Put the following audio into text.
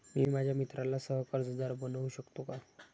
मी माझ्या मित्राला सह कर्जदार बनवू शकतो का?